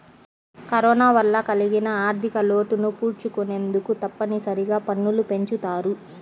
corona వల్ల కలిగిన ఆర్ధికలోటును పూడ్చుకొనేందుకు తప్పనిసరిగా పన్నులు పెంచుతారు